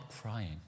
crying